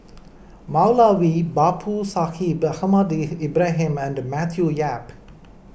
Moulavi Babu Sahib Ahmad Ibrahim and Matthew Yap